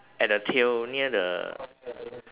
at the tail near the